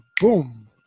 Boom